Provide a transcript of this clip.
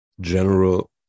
general